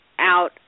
out